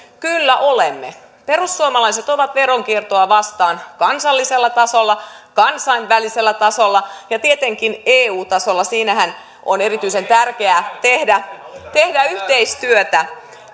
kyllä olemme perussuomalaiset ovat veronkiertoa vastaan kansallisella tasolla kansainvälisellä tasolla ja tietenkin eu tasolla siinähän on erityisen tärkeää tehdä tehdä yhteistyötä